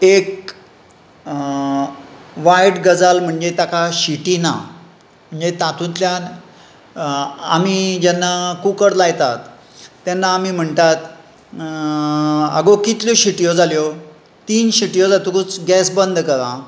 एक वायट गजाल म्हणजे ताका शिटी ना म्हणजे तातुल्यान आमी जेन्ना कुकर लायतात तेन्ना आमी म्हणटात आगो कितल्यो शिटयो जाल्यो तीन शिटयो जातकूच गॅस बंद कर आ